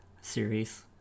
series